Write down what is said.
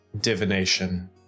divination